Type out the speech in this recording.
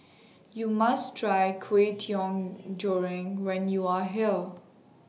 YOU must Try Kway Teow Goreng when YOU Are here